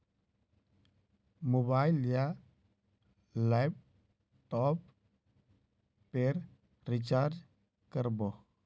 Mobile या laptop पेर recharge कर बो?